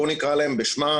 בוא נקרא להם בשמם,